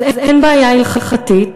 אז אין בעיה הלכתית,